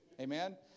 Amen